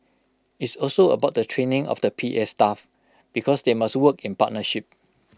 it's also about the training of the P A staff because they must work in partnership